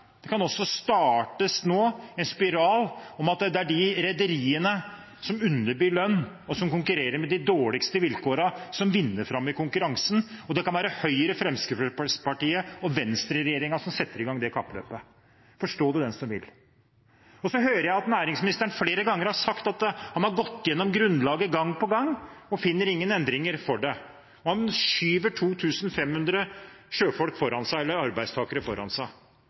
Det kan også startes en spiral, der det er de rederiene som underbyr lønn, og som konkurrerer med de dårligste vilkårene, som vinner fram i konkurransen. Det kan være Høyre–Fremskrittsparti–Venstre-regjeringen som setter i gang det kappløpet. Forstå det den som vil. Så hører jeg at næringsministeren flere ganger har sagt at han har gått gjennom grunnlaget gang på gang, og finner ingen endringer for det. Han skyver 2 500 arbeidstakere foran seg.